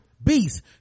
beast